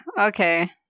Okay